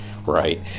right